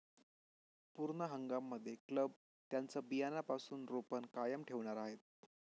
पूर्ण हंगाम मध्ये क्लब त्यांचं बियाण्यापासून रोपण कायम ठेवणार आहे